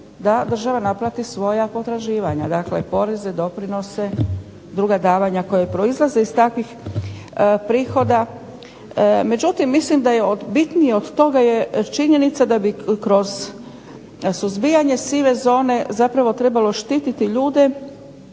da država naplati svoja potraživanja, dakle poreze, doprinose, druga davanja koja proizlaze iz takvih prihoda, međutim mislim da je, bitnije od toga je činjenica da bi kroz suzbijanje sive zone zapravo trebalo štititi ljude